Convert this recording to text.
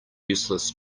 useless